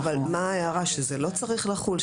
ההערה היא שזה לא צריך לחול?